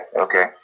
okay